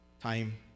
time